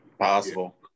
Possible